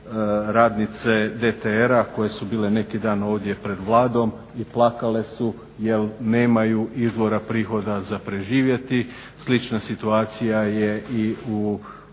radnice DTR-a koje su bile neki dan ovdje pred Vladom i plakale su jer nemaju izvora prihoda za preživjeti. Slična situacija je i u